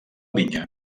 vinya